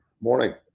Morning